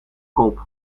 kop